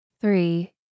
Three